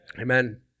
Amen